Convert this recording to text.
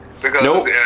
Nope